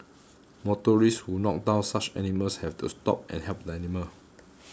motorists who knocked down such animals have to stop and help animal